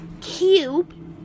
cube